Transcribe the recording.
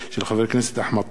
של חבר כנסת אחמד טיבי,